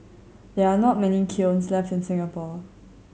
there are not many kilns left in Singapore